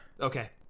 Okay